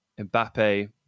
Mbappe